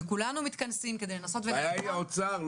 וכולנו מתכנסים כדי לנסות --- הבעיה היא האוצר.